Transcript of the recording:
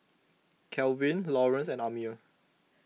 Kalvin Laurence and Amir